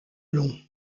long